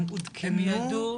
הם עודכנו,